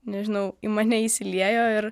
nežinau į mane įsiliejo ir